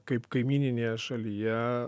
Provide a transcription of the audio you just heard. kaip kaimyninėje šalyje